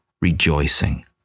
rejoicing